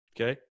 Okay